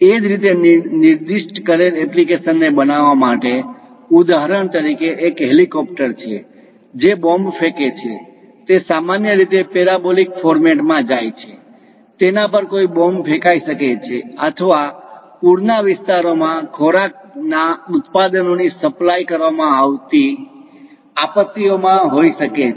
એ જ રીતે નિર્દિષ્ટ કરેલ એપ્લિકેશન ને બનાવવા માટે ઉદાહરણ તરીકે એક હેલિકોપ્ટર છે જે બોમ્બ ફેકે છે તે સામાન્ય રીતે પેરાબોલિક ફોર્મેટમાં જાય છે તેના પર બોમ્બ ફેકાઈ શકે છે અથવા પૂર ના વિસ્તારો માં ખોરાકના ઉત્પાદનોની સપ્લાય કરવામાં આવતી આપત્તિઓમાં હોઈ શકે છે